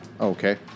Okay